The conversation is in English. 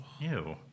Ew